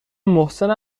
محسن